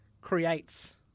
creates